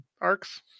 arcs